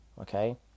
Okay